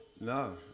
No